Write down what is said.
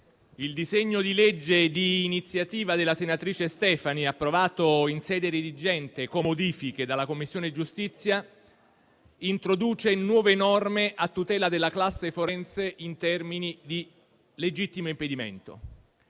il disegno di legge di iniziativa della senatrice Stefani, approvato in sede redigente, con modifiche, dalla Commissione giustizia, introduce nuove norme a tutela della classe forense in termini di legittimo impedimento.